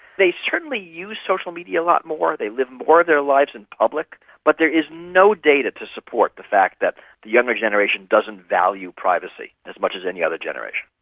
they certainly use social media a lot more, they live more of their lives in public, but there is no data to support the fact that the younger generation doesn't value privacy as much as any other generation.